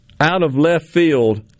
out-of-left-field